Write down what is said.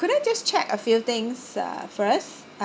could I just check a few things uh first